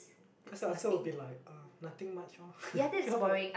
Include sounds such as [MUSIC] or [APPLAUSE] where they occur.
cause the answer will be like uh nothing much lor [BREATH] just like